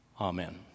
amen